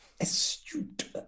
astute